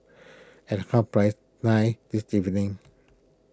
at half press nine this evening